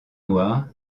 noir